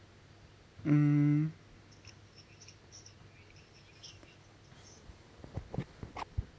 mm